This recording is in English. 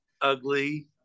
ugly